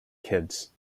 kids